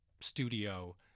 studio